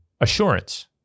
assurance